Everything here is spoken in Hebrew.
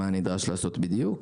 מה לעשות בדיוק,